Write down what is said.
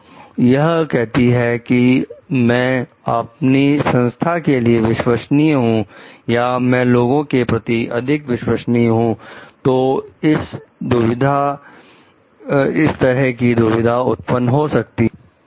जो यह कहती है कि मैं अपनी संस्था के लिए विश्वसनीय हूं या मैं लोगों के प्रति अधिक विश्वसनीय हूं तो इस तरह की दुविधा उत्पन्न हो सकती है